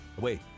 Wait